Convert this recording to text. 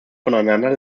voneinander